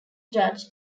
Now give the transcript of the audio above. judge